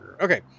Okay